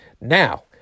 Now